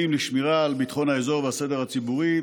לשמירה על ביטחון האזור והסדר הציבורי.